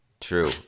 True